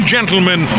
Gentlemen